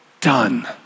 done